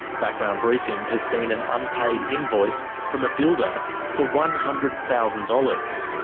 background briefing has seen an unpaid invoice from a builder for one hundred thousand dollars.